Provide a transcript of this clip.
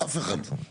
אף אחד.